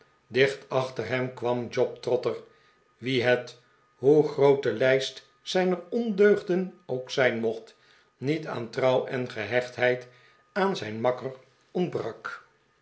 dicht achter hem kwam job trotter wien het hoe groot de lijst zijner ondeugden ook zijn mocht niet aan trouw en gehechtheid aan zijn makker ontbrak